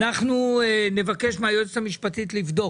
אנחנו נבקש מהיועצת המשפטית לבדוק